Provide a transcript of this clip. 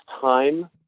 time